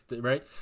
Right